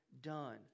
done